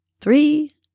three